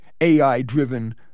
AI-driven